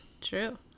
True